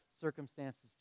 circumstances